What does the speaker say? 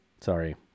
Sorry